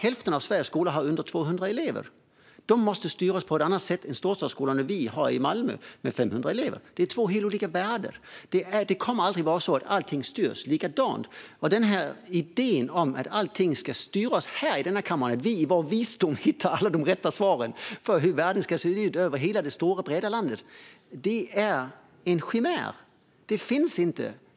Hälften av Sveriges skolor har under 200 elever. De måste styras på ett annat sätt än Malmös storstadsskolor med 500 elever. Det är två helt olika världar. Det kommer aldrig att vara så att allting styrs likadant. Idén att allting ska styras från den här kammaren, att vi ska stå här och hitta alla de rätta svaren för hur det ska se ut över hela det stora, breda landet, är en chimär. Det finns inte!